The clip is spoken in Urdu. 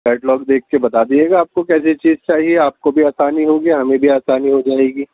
کیٹلاگ دیکھ کے بتا دیجیے گا آپ کو کیسی چیز چاہیے آپ کو بھی آسانی ہوگی ہمیں بھی آسانی ہو جائے گی